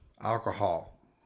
alcohol